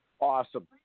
Awesome